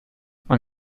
man